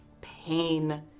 pain